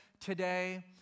today